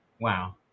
Wow